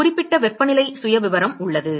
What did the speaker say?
ஒரு குறிப்பிட்ட வெப்பநிலை சுயவிவரம் உள்ளது